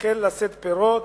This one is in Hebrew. החל לשאת פירות.